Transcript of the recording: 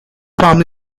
from